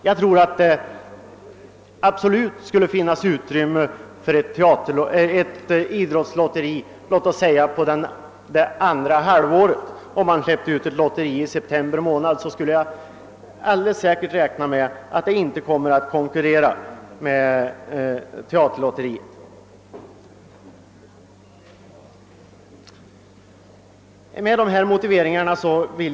Jag tror absolut att det skulle finnas utrymme för ett idrottslotteri under det andra halvåret. Om man släppte ut ett sådant lotteri i september månad skulle det säkert inte konkurrera med teaterlotteriet.